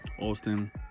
Austin